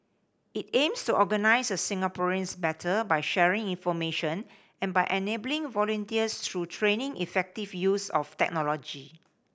it aims to organise Singaporeans better by sharing information and by enabling volunteers through training and effective use of technology